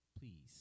Please